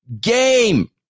game